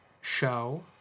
show